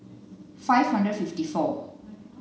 five hundred and fifty four